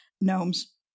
Gnomes